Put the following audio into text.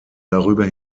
darüber